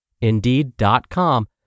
Indeed.com